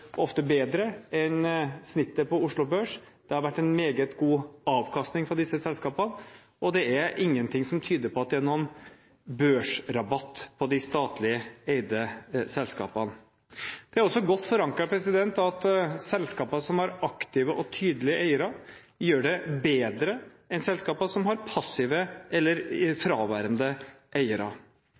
ofte bedre enn snittet på Oslo Børs. Det har vært en meget god avkastning fra disse selskapene, og det er ingenting som tyder på at det er noen børsrabatt på de statlig eide selskapene. Det er også godt forankret at selskaper som har aktive og tydelige eiere, gjør det bedre enn selskaper som har passive eller fraværende eiere.